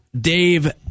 Dave